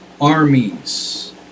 armies